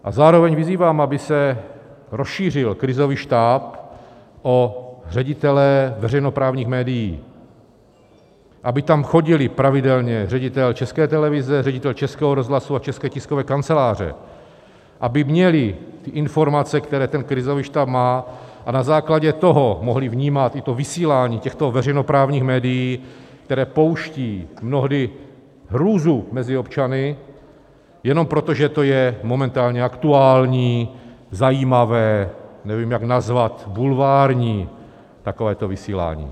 A zároveň vyzývám, aby se rozšířil krizový štáb o ředitele veřejnoprávních médií, aby tam chodili pravidelně ředitel České televize, ředitel Českého rozhlasu a České tiskové kanceláře, aby měli informace, které krizový štáb má, a na základě toho mohli vnímat i vysílání těchto veřejnoprávních médií, která pouští mnohdy hrůzu mezi občany jenom proto, že to je momentálně aktuální, zajímavé, nevím, jak to nazvat bulvární takovéto vysílání.